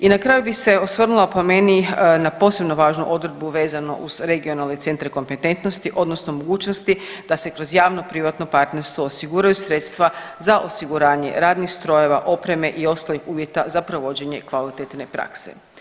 I na kraju bi se osvrnula, po meni, na posebno važnu odredbu vezano uz regionalne centre kompetentnosti odnosno mogućnosti da se kroz javno privatno partnerstvo osiguraju sredstva za osiguranje radnih strojeva, opreme i ostalih uvjeta za provođenje kvalitetne prakse.